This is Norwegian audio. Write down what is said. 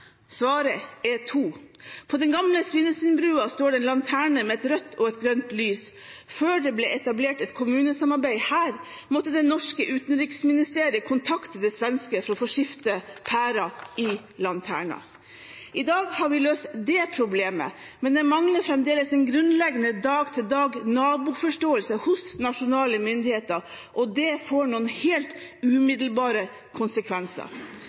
Svaret er to. På den gamle Svinesundbroen står det en lanterne med et rødt og et grønt lys. Før det ble etablert et kommunesamarbeid her, måtte det norske utenriksministeriet kontakte det svenske for å få skiftet pære i den lanternen. I dag har vi løst det problemet, men det mangler fremdeles en grunnleggende dag-til-dag-naboforståelse hos nasjonale myndigheter, og det får noen helt umiddelbare konsekvenser.